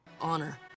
Honor